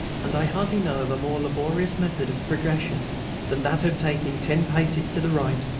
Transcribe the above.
and i hardly know of a more laborious method of progression than that of taking ten paces to the right,